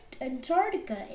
Antarctica